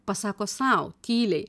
pasako sau tyliai